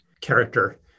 character